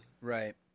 Right